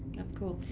that's cool.